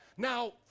Now